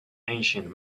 ancient